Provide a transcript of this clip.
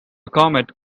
comet